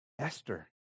Esther